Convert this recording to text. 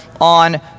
on